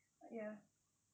ya